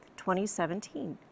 2017